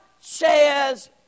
says